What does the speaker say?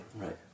Right